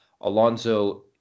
Alonso